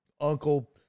uncle